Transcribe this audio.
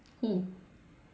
who